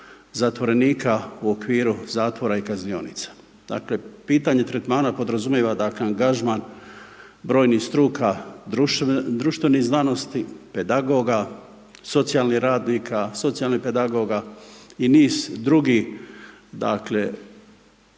zatvorenika u okviru zatvora i kaznionica. Dakle pitanje tretmana podrazumijeva dakle angažman brojnih struka društvenih znanosti, pedagoga, socijalnih radnika, socijalnih pedagoga i niz drugih dakle